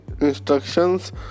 instructions